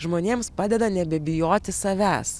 žmonėms padeda nebebijoti savęs